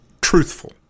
truthful